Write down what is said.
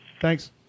Thanks